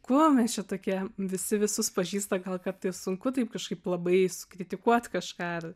kuo mes čia tokie visi visus pažįsta gal kartais sunku taip kažkaip labai sukritikuot kažką ar